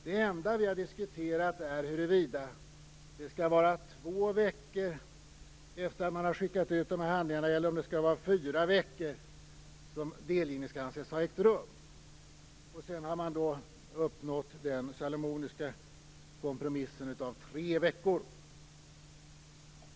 Det enda vi har diskuterat är huruvida det skall vara två veckor eller fyra veckor efter det att man har skickat ut handlingarna som delgivning skall anses ha ägt rum. Sedan har man uppnått den salomoniska kompromissen tre veckor.